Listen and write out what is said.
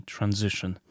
Transition